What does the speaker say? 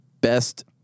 best